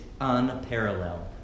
unparalleled